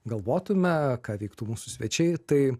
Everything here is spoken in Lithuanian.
galvotume ką veiktų mūsų svečiai tai